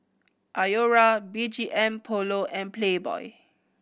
Iora B G M Polo and Playboy